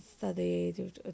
Studied